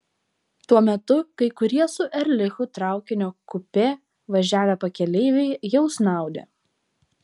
tuo metu kai kurie su erlichu traukinio kupė važiavę pakeleiviai jau snaudė